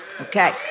Okay